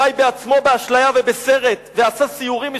חי בעצמו באשליה ובסרט, ועשה סיורים משותפים.